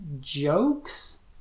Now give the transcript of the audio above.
jokes